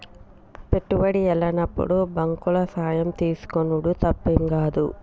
పెట్టుబడి ఎల్లనప్పుడు బాంకుల సాయం తీసుకునుడు తప్పేం గాదు